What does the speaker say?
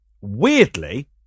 Weirdly